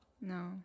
No